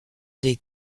des